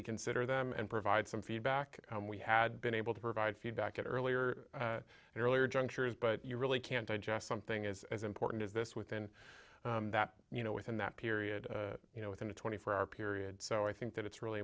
thoughtfully consider them and provide some feedback we had been able to provide feedback at earlier and earlier junctures but you really can't digest something is as important as this within that you know within that period you know within a twenty four hour period so i think that it's really